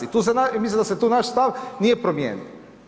I mislim da se tu naš stav nije promijenio.